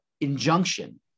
injunction